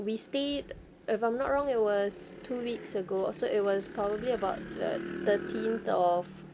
we stayed if I'm not wrong it was two weeks ago also it was probably about the thirteenth of